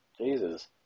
Jesus